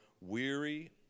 weary